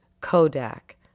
Kodak